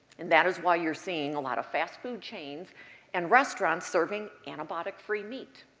and that is why you're seeing a lot of fast food chains and restaurants serving antibiotic-free meat.